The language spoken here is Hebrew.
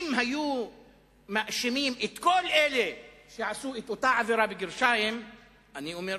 אם היו מאשימים את כל אלה שעשו את אותה "עבירה" אני אומר: